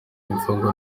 imfungwa